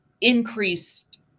increased